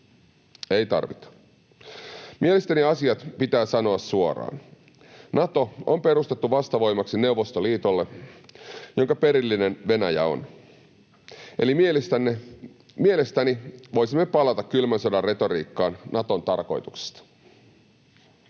Ei tarvita. Mielestäni asiat pitää sanoa suoraan: Nato on perustettu vastavoimaksi Neuvostoliitolle, jonka perillinen Venäjä on, eli mielestäni voisimme palata kylmän sodan retoriikkaan Naton tarkoituksesta.